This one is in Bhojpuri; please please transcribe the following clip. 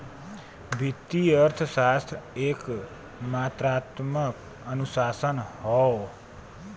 वित्तीय अर्थशास्त्र एक मात्रात्मक अनुशासन हौ